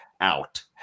out